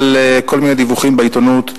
על כל מיני דיווחים בעיתונות.